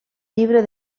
llibre